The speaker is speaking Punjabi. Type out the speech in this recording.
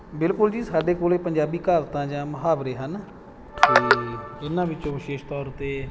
ਬਿਲਕੁਲ ਜੀ ਸਾਡੇ ਕੋਲ ਪੰਜਾਬੀ ਕਹਾਵਤਾਂ ਜਾਂ ਮੁਹਾਵਰੇ ਹਨ ਅਤੇ ਇਹਨਾਂ ਵਿੱਚੋਂ ਵਿਸ਼ੇਸ਼ ਤੌਰ 'ਤੇ